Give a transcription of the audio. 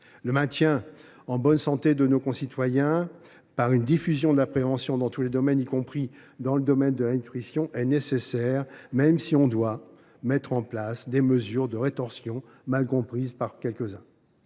Le maintien en bonne santé de nos concitoyens grâce à une diffusion des mesures de prévention dans tous les domaines, y compris dans celui de la nutrition, est nécessaire, même si l’on doit mettre en place des mesures de rétorsion, mal comprises par quelques uns.